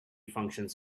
functions